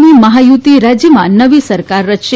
ની મહાયુતિ રાજ્યમાં નવી સરકાર રચશે